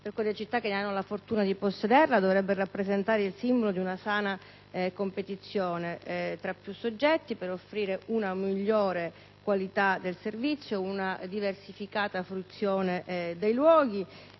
per quelle città che hanno la fortuna di possederla, dovrebbe rappresentare - a mio avviso - il simbolo di una sana competizione tra più soggetti per offrire una migliore qualità del servizio, una diversificata fruizione dei luoghi;